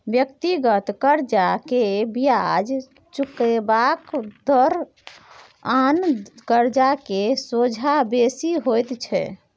व्यक्तिगत कर्जा के बियाज चुकेबाक दर आन कर्जा के सोंझा बेसी होइत छै